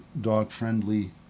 dog-friendly